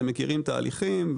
הם מכירים תהליכים,